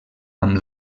amb